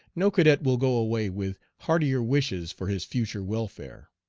no cadet will go away with heartier wishes for his future welfare.